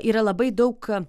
yra labai daug